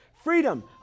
Freedom